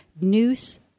noose